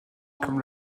comme